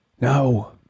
No